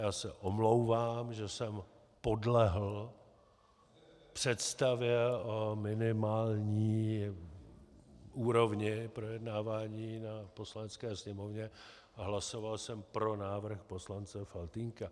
Já se omlouvám, že jsem podlehl představě o minimální úrovni projednávání na Poslanecké sněmovně a hlasoval jsem pro návrh poslance Faltýnka.